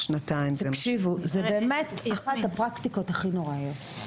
זאת אחת הפרקטיקות הכי נוראיות.